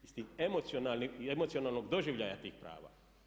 Iz tog emocionalnog doživljaja tog prava.